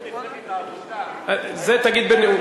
בזכות מפלגת העבודה, זה תגיד בנאום.